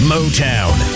Motown